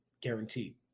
guaranteed